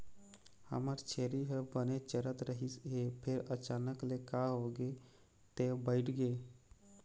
हमर छेरी ह बने चरत रहिस हे फेर अचानक ले का होगे ते बइठ गे